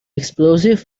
explosive